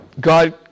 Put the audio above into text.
God